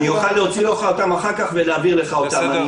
אוכל להוציא לך את הנתונים אחר כך ולהעביר לך אותם,